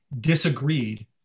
disagreed